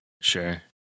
sure